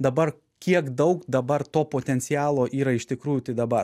dabar kiek daug dabar to potencialo yra iš tikrųjų tai dabar